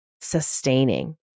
sustaining